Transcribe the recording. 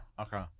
Okay